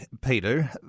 Peter